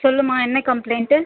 சொல்லுமா என்ன கம்ப்ளைண்ட்